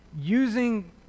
using